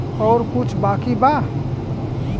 और कुछ बाकी बा?